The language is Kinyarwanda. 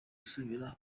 gusubira